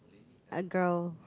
a girl